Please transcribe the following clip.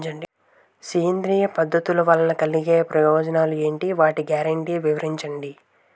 సేంద్రీయ పద్ధతుల వలన కలిగే ప్రయోజనాలు ఎంటి? వాటి గ్యారంటీ వివరించండి?